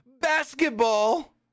Basketball